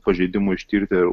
pažeidimui ištirti